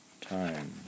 time